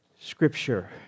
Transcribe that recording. Scripture